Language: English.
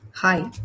Hi